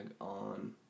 on